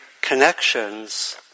connections